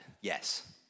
yes